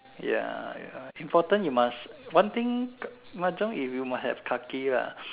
ya ya important you must one thing mahjong if you must have Kaki lah